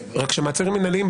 רק שמעצרים מנהליים,